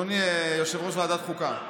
אדוני יושב-ראש ועדת החוקה,